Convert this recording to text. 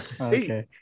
Okay